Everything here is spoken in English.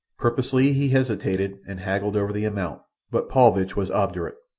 purposely he hesitated and haggled over the amount, but paulvitch was obdurate.